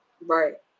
right